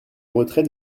retrait